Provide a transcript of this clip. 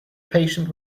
patient